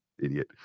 idiot